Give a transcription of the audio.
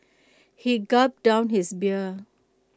he gulped down his beer